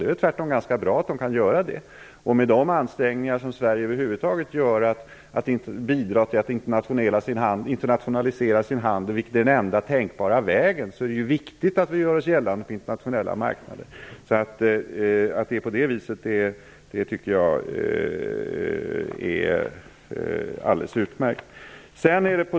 Det är tvärtom ganska bra att de kan göra det. Med tanke på de ansträngningar som Sverige över huvud taget gör för att bidra till att internationalisera sin handeln är det viktigt att vi gör oss gällande på den internationella marknaden. Att det är på det viset tycker jag är alldeles utmärkt.